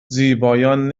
زیبایان